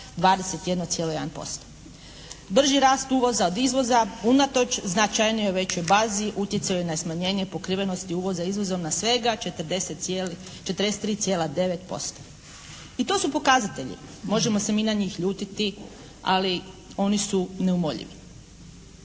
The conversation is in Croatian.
21,1%. Brži rast uvoza od izvoza unatoč značajnijoj većoj bazi utjecaju na smanjenje pokrivenosti uvoza izvozom na svega 43,9%. I to su pokazatelji. Možemo se mi na njih ljutiti, ali oni su neumoljivi.